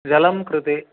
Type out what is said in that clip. जलं कृते